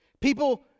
People